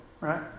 right